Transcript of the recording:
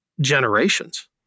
generations